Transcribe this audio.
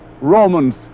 Romans